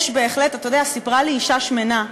אתה יודע, סיפרה לי אישה שמנה,